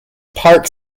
park